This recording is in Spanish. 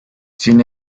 sin